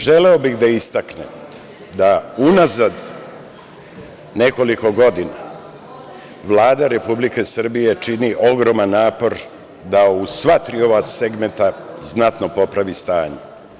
Želeo bih da istaknem da unazad nekoliko godina Vlada Republike Srbije čini ogroman napor da u sva tri ova segmenta znatno popravi stanje.